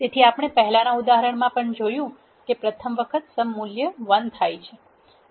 તેથી આપણે પહેલાનાં ઉદાહરણમાં પણ જોયું છે કે પ્રથમ વખત સમ મૂલ્ય 1 થાય છે